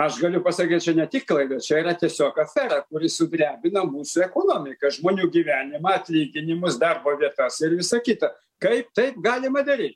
aš galiu pasakyt ne tik klaida čia yra tiesiog afera kuri sudrebino mūsų ekonomiką žmonių gyvenimą atlyginimus darbo vietas ir visa kita kaip taip galima daryt